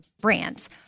brands